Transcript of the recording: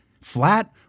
flat